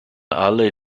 alle